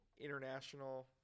international